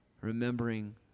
remembering